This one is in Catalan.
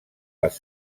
les